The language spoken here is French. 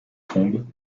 combes